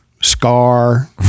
scar